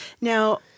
Now